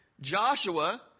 Joshua